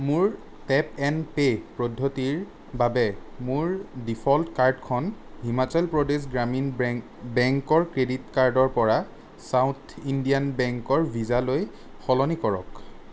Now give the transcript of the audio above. মোৰ tap and pay পদ্ধতিৰ বাবে মোৰ ডিফ'ল্ট কাৰ্ডখন হিমাচল প্ৰদেশ গ্ৰামীণ ব্ৰেংক বেংকৰ ক্ৰেডিট কাৰ্ডৰ পৰা চাউথ ইণ্ডিয়ান বেংকৰ ভিছালৈ সলনি কৰক